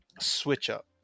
switch-up